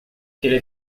qu’elle